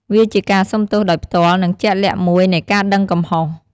វាជាការសុំទោសដោយផ្ទាល់ និងជាក់លាក់មួយនៃការដឹងកំហុស។